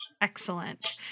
Excellent